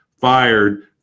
fired